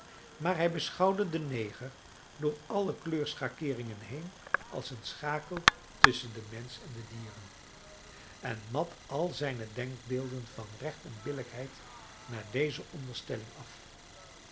maar hij beschouwde den neger door alle kleurschakeeringen heen als een schakel tusschen den mensch en de dieren en mat al zijne denkbeelden van recht en billijkheid naar deze onderstelling af